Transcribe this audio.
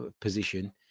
position